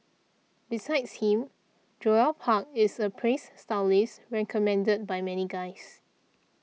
besides him Joel Park is a praised stylist recommended by many guys